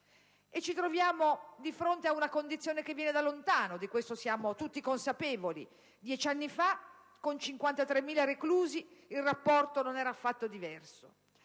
Ci troviamo di fronte ad una condizione che viene da lontano. Di questo siamo tutti consapevoli. Dieci anni fa, con 53.000 reclusi, il rapporto non era affatto diverso.